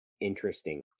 interesting